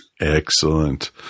excellent